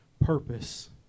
purpose